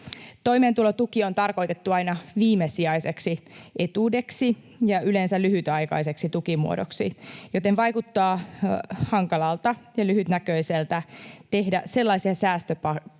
Toimeentulotuki on tarkoitettu aina viimesijaiseksi etuudeksi ja yleensä lyhytaikaiseksi tukimuodoksi, joten vaikuttaa hankalalta ja lyhytnäköiseltä tehdä sellaisia säästöpäätöksiä,